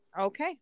Okay